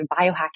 biohacking